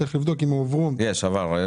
צריך לבדוק אם הועברו --- יש, עבר.